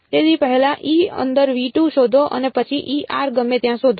તેથી પહેલા Eઅંદર શોધો અને પછી ગમે ત્યાં શોધો